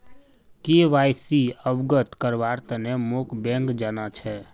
KYC अवगत करव्वार तने मोक बैंक जाना छ